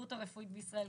ההסתדרות הרפואית בישראל,